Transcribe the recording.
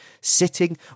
Sitting